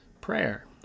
prayer